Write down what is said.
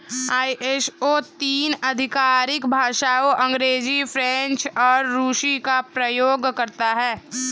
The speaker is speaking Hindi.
आई.एस.ओ तीन आधिकारिक भाषाओं अंग्रेजी, फ्रेंच और रूसी का प्रयोग करता है